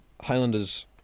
Highlanders